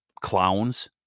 clowns